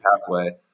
pathway